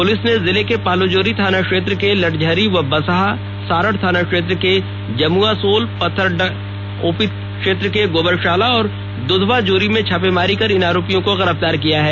police ने जिले के पालोजोरी थाना क्षेत्र के लट्झरी व बसहा सारठ थाना क्षेत्र के जमुआसोल पथरड्डा ओपी क्षेत्र के गोबरशाला व दुधवाजोरी में छापेमारी कर इन आरोपियों को गिरफ्तार किया है